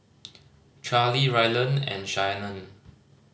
Charlie Ryland and Shanon